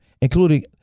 including